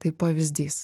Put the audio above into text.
tai pavyzdys